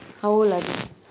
how old are they